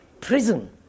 prison